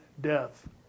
death